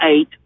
eight